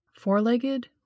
Four-legged